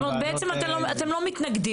זאת אומרת, בעצם אתם לא מתנגדים.